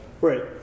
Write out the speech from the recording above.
Right